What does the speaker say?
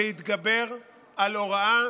להתגבר על הוראה